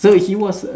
so he was